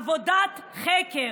עבודת חקר,